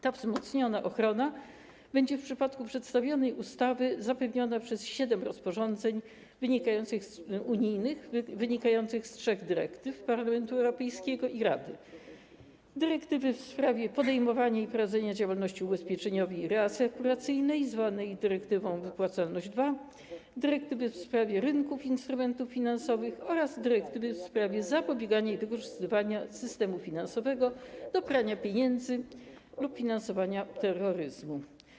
Ta wzmocniona ochrona będzie w przypadku przedstawionej ustawy zapewniona poprzez siedem rozporządzeń unijnych wynikających z trzech dyrektyw Parlamentu Europejskiego i Rady: dyrektywy w sprawie podejmowania i prowadzenia działalności ubezpieczeniowej i reasekuracyjnej, zwanej dyrektywą wypłacalność II, dyrektywy w sprawie rynków instrumentów finansowych oraz dyrektywy w sprawie zapobiegania wykorzystywaniu systemu finansowego do prania pieniędzy lub finansowania terroryzmu.